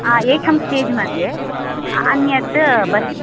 एकं स्टेज् मध्ये अन्यद् बहि